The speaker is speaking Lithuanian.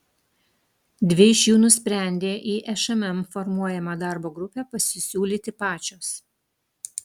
dvi iš jų nusprendė į šmm formuojamą darbo grupę pasisiūlyti pačios